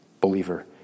believer